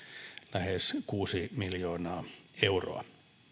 lähes kuusi miljoonaa euroa